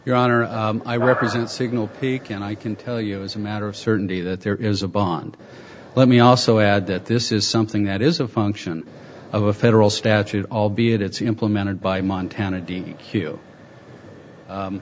your honor i represent signal peak and i can tell you as a matter of certainty that there is a bond let me also add that this is something that is a function of a federal statute albeit it's implemented by montana dean